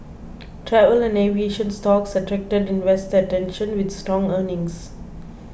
travel and aviation stocks attracted investor attention with strong earnings